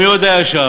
מי עוד היה שם?